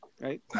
right